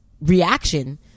reaction